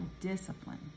discipline